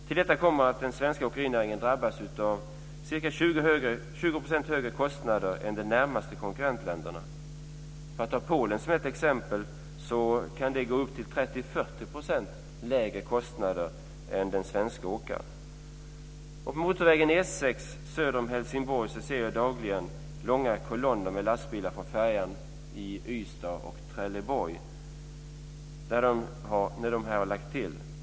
Till detta kommer att den svenska åkerinäringen drabbas av ca 20 % högre kostnader än de närmaste konkurrentländerna. I Polen, för att ta ett exempel, kan det bli upp till 30-40 % lägre kostnader än det blir för svenska åkare. På motorvägen E 6 söder om Helsingborg ser jag dagligen långa kolonner med lastbilar från färjorna som har lagt till i Ystad och Trelleborg.